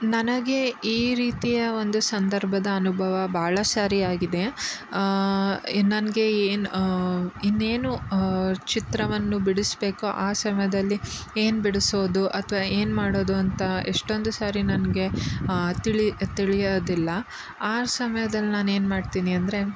ನನಗೆ ಈ ರೀತಿಯ ಒಂದು ಸಂದರ್ಭದ ಅನುಭವ ಭಾಳ ಸಾರಿ ಆಗಿದೆ ಎ ನನಗೆ ಏನು ಇನ್ನೇನು ಚಿತ್ರವನ್ನು ಬಿಡಿಸಬೇಕು ಆ ಸಮಯದಲ್ಲಿ ಏನು ಬಿಡಿಸೋದು ಅಥವಾ ಏನು ಮಾಡೋದು ಅಂತ ಎಷ್ಟೊಂದು ಸಾರಿ ನನಗೆ ತಿಳಿ ತಿಳಿಯೋದಿಲ್ಲ ಆ ಸಮಯ್ದಲ್ಲಿ ನಾನು ಏನು ಮಾಡ್ತೀನಿ ಅಂದರೆ